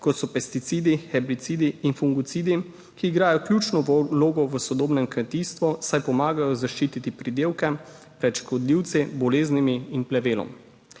kot so pesticidi, herbicidi in fungicidi, ki igrajo ključno vlogo v sodobnem kmetijstvu, saj pomagajo zaščititi pridelke pred škodljivci, boleznimi in plevelom.